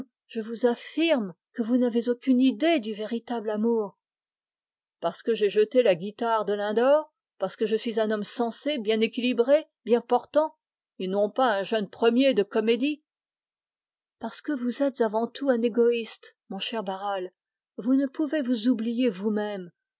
je vous affirme que vous n'avez aucune idée du véritable amour parce que je suis un homme sensé bien portant et non pas un jeune premier de comédie parce que vous êtes avant tout un égoïste mon cher barral vous ne pouvez vous oublier vous-même